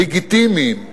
לגיטימיים,